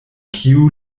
kiu